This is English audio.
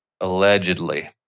Allegedly